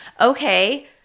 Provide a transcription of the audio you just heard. okay